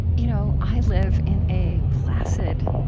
you know i live in a placid,